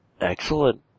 Excellent